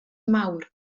mawr